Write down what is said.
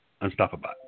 Unstoppable